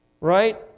Right